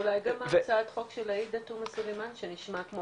וגם הצעת החוק של עאידה תומא סולימן שנשמעת כמו